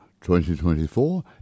2024